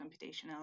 computational